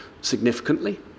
significantly